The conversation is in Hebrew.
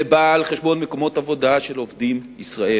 זה בא על חשבון מקומות עבודה של עובדים ישראלים.